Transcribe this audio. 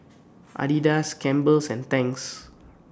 Adidas Campbell's and Tangs